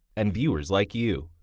and viewers like you,